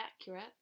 accurate